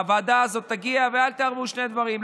הוועדה הזאת תגיע, ואל תערבבו שני דברים.